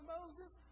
Moses